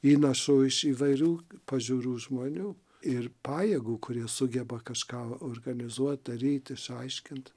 įnašų iš įvairių pažiūrų žmonių ir pajėgų kurie sugeba kažką organizuot daryt išsiaiškint